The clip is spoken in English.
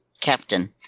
captain